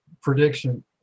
prediction